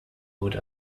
wood